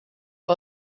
que